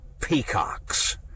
peacocks